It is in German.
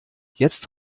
jetzt